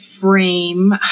frame